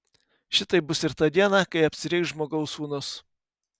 šitaip bus ir tą dieną kai apsireikš žmogaus sūnus